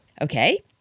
Okay